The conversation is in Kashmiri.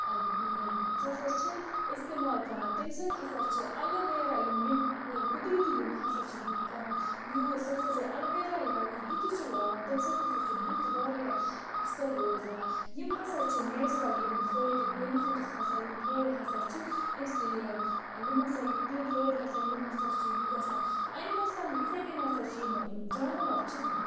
آ یہِ سُہ ہَسا چھِ اِستعمال کَران تَمہِ سۭتۍ ہَسا چھِ اَلویرا یِم یِم قُدرٔتی یِم ہَسا چھِ کَران یوٗز سُہ ہَسا چھُ اَلویرا یا یُس بٕتھِس چھُ لاگان تَمہِ سۭتۍ ہَسا چھُ بُتھ واریاہ اصٕل روزان یِم ہَسا چھِ نیچرَل یِم فٲیدٕ بیٚنِفِٹٕس ہَسا یِم فٲیدٕ ہَسا چھِ أمس یہِ یِم ہَسا کیٚنٛہہ فٲیدٕ ہَسا یِم ہَسا چھِ یہِ گَژھان اَنمٕلزَن یِتھے کٔنۍ ہَسا چھِ یِم جاناوار چھِ